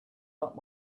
not